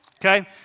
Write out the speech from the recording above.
okay